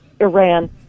Iran